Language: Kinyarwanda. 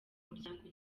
muryango